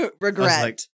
Regret